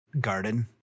Garden